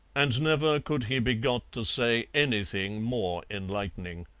and never could he be got to say anything more enlightening.